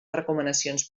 recomanacions